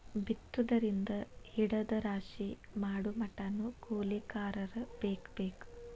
ಬಿತ್ತುದರಿಂದ ಹಿಡದ ರಾಶಿ ಮಾಡುಮಟಾನು ಕೂಲಿಕಾರರ ಬೇಕ ಬೇಕ